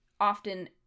often